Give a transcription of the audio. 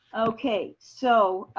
okay. so